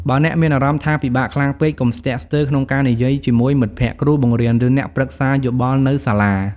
បើអ្នកមានអារម្មណ៍ថាពិបាកខ្លាំងពេក កុំស្ទាក់ស្ទើរក្នុងការនិយាយជាមួយមិត្តភក្តិ គ្រូបង្រៀន ឬអ្នកប្រឹក្សាយោបល់នៅសាលា។